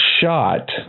shot